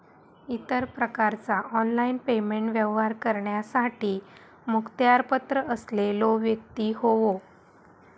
इतर प्रकारचा online payment व्यवहार करण्यासाठी मुखत्यारपत्र असलेलो व्यक्ती होवो